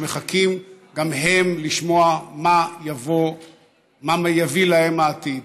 שמחכים גם הם לשמוע מה יביא להם העתיד.